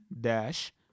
dash